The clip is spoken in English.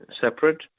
separate